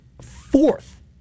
fourth